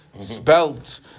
spelt